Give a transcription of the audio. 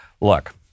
look